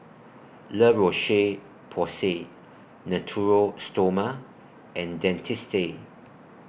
La Roche Porsay Natura Stoma and Dentiste